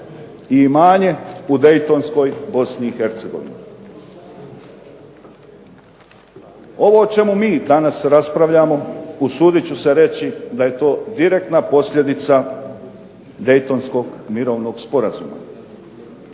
i imanje u dejtonskoj Bosni i Hercegovini. Ovo o čemu mi danas raspravljamo usudit ću se reći da je to direktna posljedica dejtonskog mirovnog sporazuma.